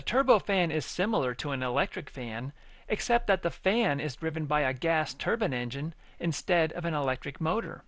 a turbo fan is similar to an electric fan except that the fan is driven by a gas turbine engine instead of an electric motor